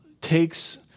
takes